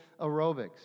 aerobics